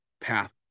path